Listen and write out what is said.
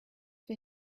for